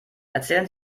erzählen